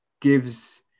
gives